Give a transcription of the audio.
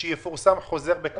הוא אמר שיפורסם חוזר בקרוב.